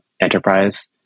enterprise